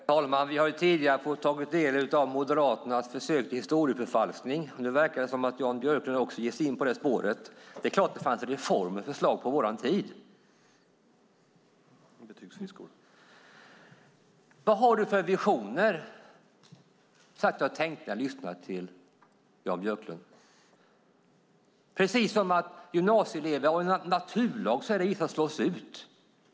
Herr talman! Vi har tidigare tagit del av Moderaternas försök till historieförfalskning, och nu verkar Jan Björklund också ge sig in på det spåret. Det är klart att det fanns reformer och förslag på vår tid. Vad har Jan Björklund för visioner, tänkte jag när jag lyssnade på honom. Han verkar tro att det är en naturlag att vissa gymnasieelever slås ut.